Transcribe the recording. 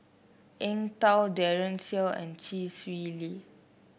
Eng Tow Daren Shiau and Chee Swee Lee